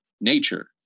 nature